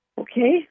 Okay